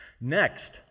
Next